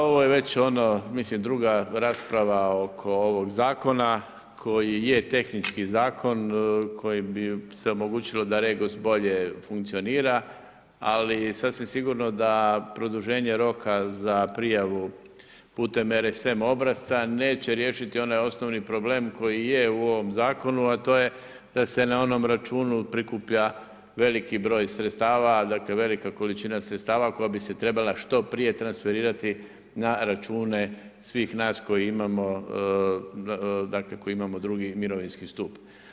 Ovo je već ono, mislim druga rasprava oko ovog zakona, koji je tehnički zakon, kojim bi se omogućilo da REGOS bolje funkcionira, ali sasvim sigurno da produženje roka za prijavu putem RSM obrasca neće riješiti onaj osnovni problem koji je u ovom zakonu, a to je da se na onom računu prikuplja veliki broj sredstava, dakle, velika količina sredstava koja bi se trebala što prije transferirati na račune svih nas koji imamo drugi mirovinski stup.